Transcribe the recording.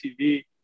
TV